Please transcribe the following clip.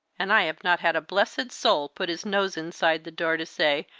and i have not had a blessed soul put his nose inside the door to say,